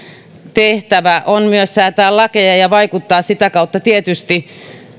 tehtävä on myös säätää lakeja ja vaikuttaa sitä kautta tietysti